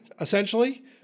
essentially